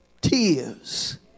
tears